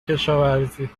کشاورزی